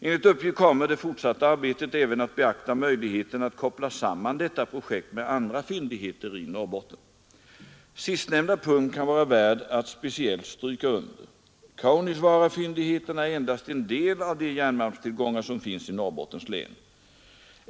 Enligt uppgift kommer det fortsatta arbetet även att beakta möjligheterna att koppla samman detta projekt med andra fyndigheter i Norrbotten. Sistnämnda punkt kan vara värd att speciellt stryka under. Kaunisvaarafyndigheterna är endast en del av de järnmalmstillgångar som finns i Norrbottens län.